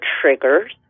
triggers